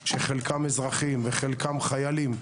שחלקם אזרחים וחלקם חיילים,